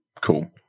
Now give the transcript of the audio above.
cool